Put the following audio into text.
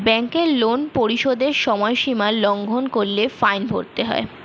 ব্যাংকের লোন পরিশোধের সময়সীমা লঙ্ঘন করলে ফাইন ভরতে হয়